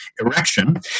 erection